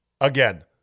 Again